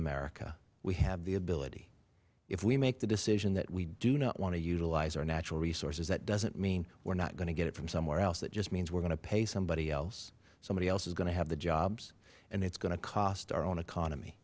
america we have the ability if we make the decision that we do not want to utilize our natural resources that doesn't mean we're not going to get it from somewhere else it just means we're going to pay somebody else somebody else is going to have the jobs and it's going to cost our own economy